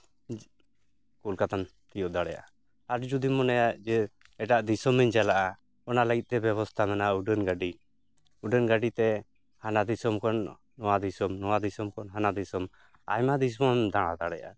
ᱠᱳᱞᱠᱟᱛᱟᱢ ᱛᱤᱭᱳᱜ ᱫᱟᱲᱮᱭᱟᱜᱼᱟ ᱟᱨ ᱡᱩᱫᱤᱢ ᱢᱚᱱᱮᱭᱟ ᱡᱮ ᱮᱴᱟᱜ ᱫᱤᱥᱚᱢᱤᱧ ᱪᱟᱞᱟᱜᱼᱟ ᱚᱱᱟ ᱞᱟᱹᱜᱤᱫᱛᱮ ᱵᱮᱵᱚᱥᱛᱟ ᱢᱮᱱᱟᱜᱼᱟ ᱩᱰᱟᱹᱱ ᱜᱟᱹᱰᱤ ᱩᱰᱟᱹᱱ ᱜᱟᱹᱰᱤᱛᱮ ᱦᱟᱱᱟ ᱫᱤᱥᱚᱢ ᱠᱷᱚᱱ ᱱᱚᱣᱟ ᱫᱤᱥᱚᱢ ᱱᱚᱣᱟ ᱫᱤᱥᱚᱢ ᱠᱷᱚᱱ ᱦᱟᱱᱟ ᱫᱤᱥᱚᱢ ᱟᱭᱢᱟ ᱫᱤᱥᱚᱢᱮᱢ ᱫᱟᱬᱟ ᱫᱟᱲᱮᱭᱟᱜᱼᱟ